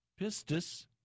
pistis